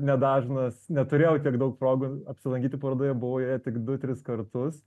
nedažnas neturėjau tiek daug progų apsilankyti parodoje buvau joje tik du tris kartus